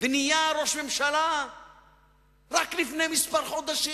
ונהיה ראש ממשלה רק לפני כמה חודשים.